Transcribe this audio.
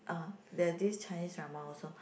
ah there this Chinese drama also